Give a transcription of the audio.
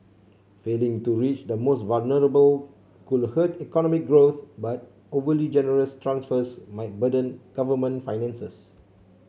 failing to reach the most vulnerable could hurt economic growth but overly generous transfers might burden government finances